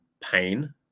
pain